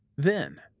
then,